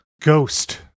Ghost